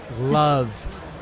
Love